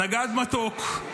נגד מתוק,